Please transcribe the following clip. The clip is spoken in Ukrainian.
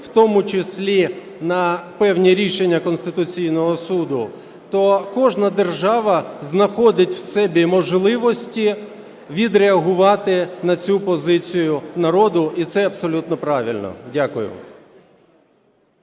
в тому числі на певні рішення Конституційного Суду, то кожна держава знаходить в собі можливості відреагувати на цю позицію народу і це абсолютно правильно. Дякую.